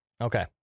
Okay